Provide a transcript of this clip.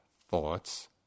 thoughts